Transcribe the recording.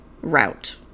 route